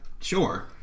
sure